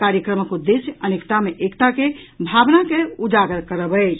कार्यक्रमक उद्देश्य अनेकता मे एकता के भावना के उजागर करब अछि